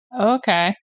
Okay